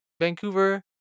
Vancouver